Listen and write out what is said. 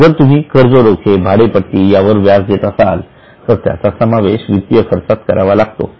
जर तुम्ही कर्ज रोखे भाडेपट्टी यावर व्याज देत असाल तर त्याचा समावेश वित्तीय खर्चात करावा लागतो